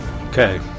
Okay